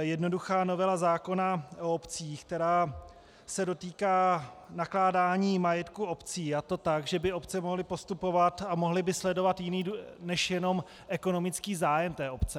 jednoduchá novela zákona o obcích, která se dotýká nakládání majetku obcí, a to tak, že by obce mohly postupovat a mohly by sledovat jiný než jenom ekonomický zájem té obce.